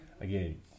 again